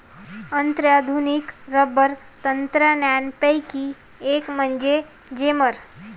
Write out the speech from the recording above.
अत्याधुनिक रबर तंत्रज्ञानापैकी एक म्हणजे जेमर